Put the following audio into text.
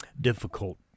difficult